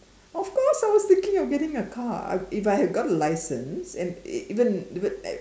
of course I was thinking of getting a car I if I have got a license and even even I